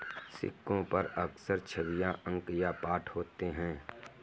सिक्कों पर अक्सर छवियां अंक या पाठ होते हैं